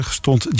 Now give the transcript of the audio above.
stond